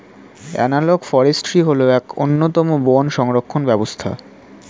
analogue forestry হল এক অন্যতম বন সংরক্ষণ ব্যবস্থা